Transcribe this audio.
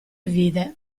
vide